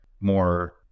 more